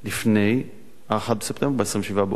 לפני 1 בספטמבר, ב-27 באוגוסט,